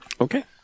Okay